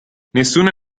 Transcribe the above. nessuna